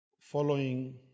following